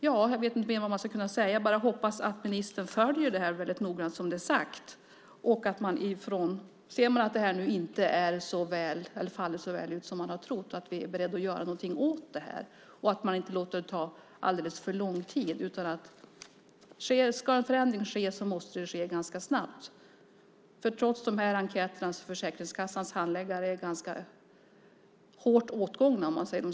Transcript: Jag hoppas att ministern följer det väldigt noggrant som det är sagt och att man om man nu ser att det här inte faller så väl ut som man har trott är beredd att göra något åt det. Jag hoppas att man inte låter det ta lång tid. Om en förändring ska ske måste det ske ganska snabbt. Trots de här enkäterna är Försäkringskassans handläggare ganska hårt åtgångna.